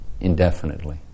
indefinitely